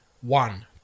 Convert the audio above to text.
one